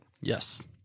Yes